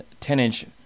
10-inch